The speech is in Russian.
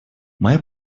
моя